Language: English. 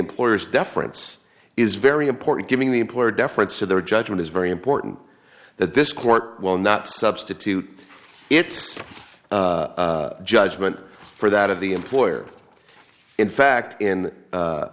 employer's deference is very important giving the employer deference to their judgment is very important that this court will not substitute its judgment for that of the employer in fact in